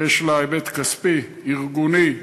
שיש לה היבט כספי, ארגוני,